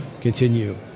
continue